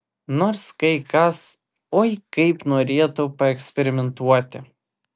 nors kai kas oi kaip norėtų paeksperimentuoti